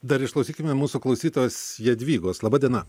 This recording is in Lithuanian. dar išklausykime mūsų klausytojos jadvygos laba diena